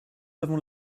avons